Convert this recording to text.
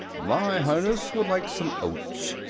my highness would like some oats,